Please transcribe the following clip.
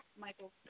Michael